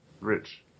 Rich